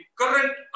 current